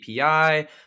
API